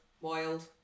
Wild